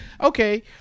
okay